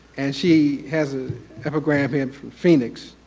and she has a evergrande in from phoenix,